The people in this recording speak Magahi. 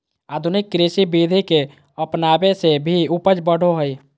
आधुनिक कृषि विधि के अपनाबे से भी उपज बढ़ो हइ